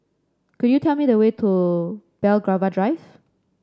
could you tell me the way to Belgravia Drive